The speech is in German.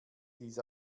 dies